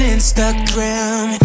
Instagram